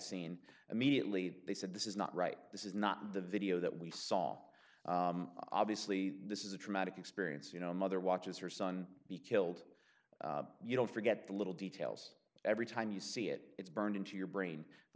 seen immediately they said this is not right this is not the video that we saw obviously this is a traumatic experience you know mother watches her son be killed you don't forget the little details every time you see it it's burned into your brain